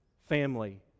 family